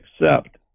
accept